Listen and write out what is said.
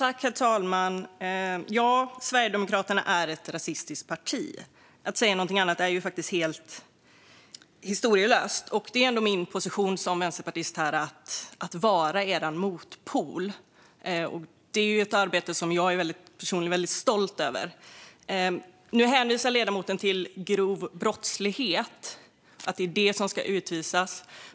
Herr talman! Sverigedemokraterna är ett rasistiskt parti - att säga någonting annat är faktiskt helt historielöst. Min position som vänsterpartist är att vara Sverigedemokraternas motpol, och detta är ett arbete som jag personligen är väldigt stolt över. Ledamoten hänvisade till att det är människor som dömts för grov brottslighet som ska utvisas.